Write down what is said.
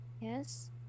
yes